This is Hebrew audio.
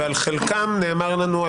ועל חלקם נאמר לנו,